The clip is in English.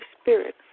Spirit